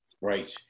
Right